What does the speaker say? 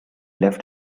left